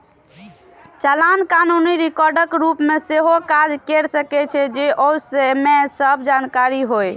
चालान कानूनी रिकॉर्डक रूप मे सेहो काज कैर सकै छै, जौं ओइ मे सब जानकारी होय